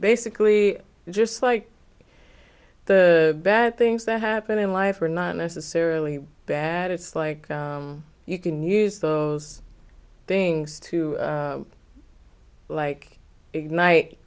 basically just like the bad things that happen in life are not necessarily bad it's like you can use those things to like ignite